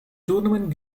tournament